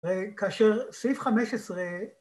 ‫וכאשר סיף 15...